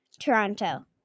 toronto